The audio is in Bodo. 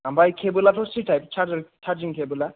ओमफ्राय खेबोलाथ' चि टाइफ चारजार चारजिं खेबोला